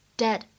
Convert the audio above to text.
dead